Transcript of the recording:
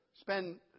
spend